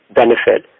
benefit